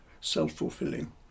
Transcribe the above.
self-fulfilling